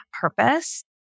purpose